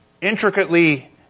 intricately